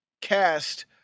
cast